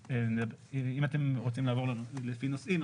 אם אתם רוצים לעבור לפי נושאים,